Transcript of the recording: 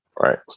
right